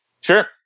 Sure